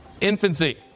Infancy